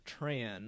Tran